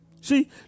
see